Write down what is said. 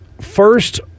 first